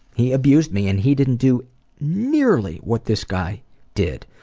he abused me, and he didn't do nearly what this guy did.